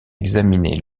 examiner